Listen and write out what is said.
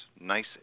nice